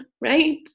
right